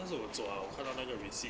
那时我做 ah 我看到那个 receipt